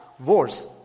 Wars